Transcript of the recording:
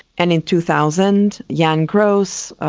and in two thousand, jan gross,